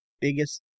biggest